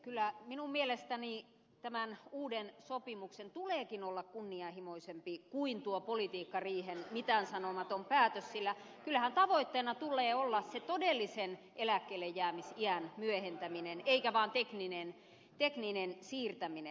kyllä minun mielestäni tämän uuden sopimuksen tuleekin olla kunnianhimoisempi kuin tuo politiikkariihen mitäänsanomaton päätös sillä kyllähän tavoitteena tulee olla se todellisen eläkkeellejäämisiän myöhentäminen eikä vain tekninen siirtäminen